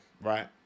right